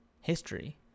history